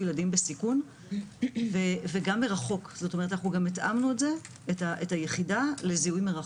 ילדים בסיכון וגם מרחוק התאמנו את היחידה לזיהוי מרחוק.